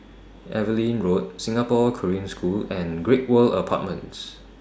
Evelyn Road Singapore Korean School and Great World Apartments